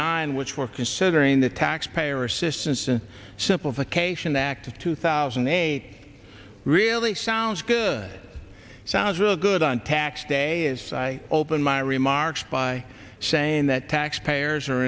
nine which we're considering the taxpayer assistance and simplification act of two thousand and eight really sounds good sounds really good on tax day is i open my remarks by saying that taxpayers are